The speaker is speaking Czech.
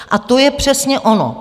A to je přesně ono.